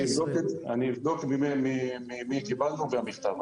אבדוק ממי קיבלנו את המכתב.